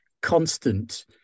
constant